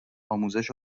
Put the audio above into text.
آموزش